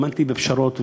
האמנתי בפשרות,